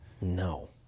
no